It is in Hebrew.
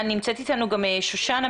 אני